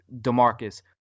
Demarcus